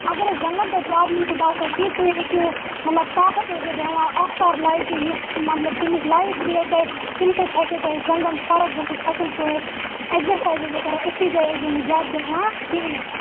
اگر حظ زنگن تۄہہِ پرابلِم چھو باسان کیٚنٛہہ تُہۍ ہیٚکِو مطلب تاپس ٲس زیٚو بیٚہوان آفتاب لَیٹہِ یُس مطلب تَمِچ لایٹ پییَو تۄہہِ تمہِ سۭتۍ ہیٚکِو تۄہہِ زَنگن فَرق گٔژِھتۍ اصل پٲٹھۍ ایکزرسایز ٲزیو کَران أکسٕے جایہِ ٲزیو نہٕ زیادٕ بہوان کِہیٖنۍ